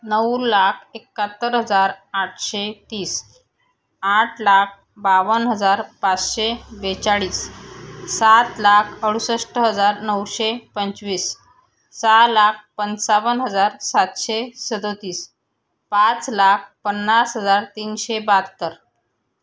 नऊ लाख एकाहत्तर हजार आठशे तीस आठ लाख बावन्न हजार पाचशे बेचाळीस सात लाख अडुसष्ट हजार नऊशे पंचवीस सहा लाख पंचावन्न हजार सातशे सदतीस पाच लाख पन्नास हजार तीनशे बाहत्तर